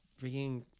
freaking